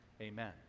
Amen